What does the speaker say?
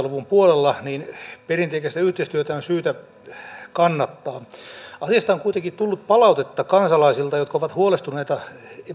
luvun puolella niin perinteikästä yhteistyötä on syytä kannattaa asiasta on kuitenkin tullut palautetta kansalaisilta jotka ovat huolestuneita